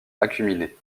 acuminées